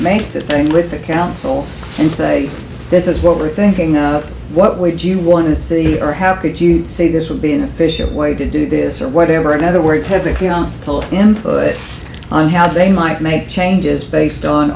make that thing with the council and say this is what we're thinking what way do you want to see or how could you say this would be an efficient way to do this or whatever in other words have to be on input on how they might make changes based on